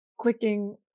clicking